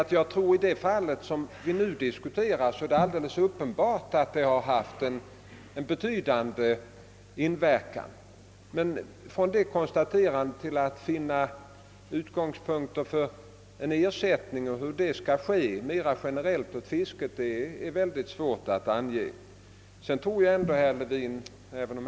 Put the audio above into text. Jag medger gärna att det i det fall vi nu diskuterar är alldeles uppenbart att sådana påstå enden haft en betydande inverkan på efterfrågan, men att med enbart detta konstaterande finna utgångspunkter för en mera generell ersättning till fisket och för en beräkning av sådan ersättning tror jag är mycket svårt.